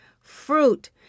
fruit